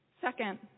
Second